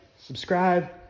subscribe